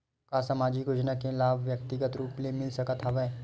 का सामाजिक योजना के लाभ व्यक्तिगत रूप ले मिल सकत हवय?